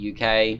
UK